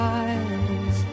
eyes